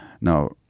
Now